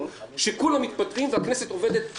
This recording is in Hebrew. שכולם מתפטרים והכנסת עובדת פול-טיים,